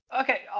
Okay